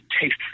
taste